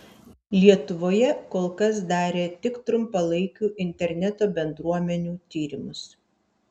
lietuvoje kol kas darė tik trumpalaikių interneto bendruomenių tyrimus